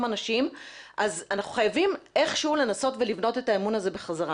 אנשים אז אנחנו חייבים איכשהו לנסות ולבנות את האמון הזה בחזרה.